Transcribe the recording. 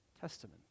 Testament